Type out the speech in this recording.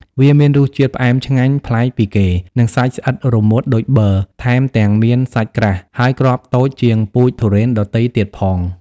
វាមានរសជាតិផ្អែមឆ្ងាញ់ប្លែកពីគេ និងសាច់ស្អិតរមួតដូចប៊័រ ថែមទាំងមានសាច់ក្រាស់ ហើយគ្រាប់តូចជាងពូជទុរេនដទៃទៀតផង។